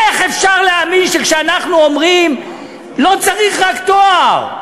שכשאנחנו אומרים שלא צריך רק תואר,